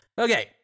Okay